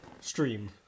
Stream